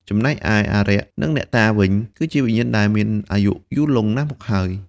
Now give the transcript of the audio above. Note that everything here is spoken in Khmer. ចំណែកឯអារក្សនិងអ្នកតាវិញ គឺជាវិញ្ញាណដែលមានអាយុយូរលង់ណាស់មកហើយ។